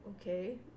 okay